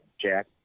Jack